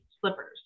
slippers